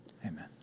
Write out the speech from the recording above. Amen